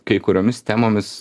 kai kuriomis temomis